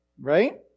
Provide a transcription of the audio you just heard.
right